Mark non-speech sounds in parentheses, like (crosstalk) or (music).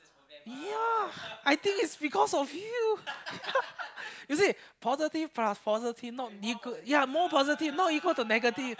ya I think is because of you (laughs) you see positive plus positive not be good more positive not equal to negative